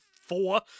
four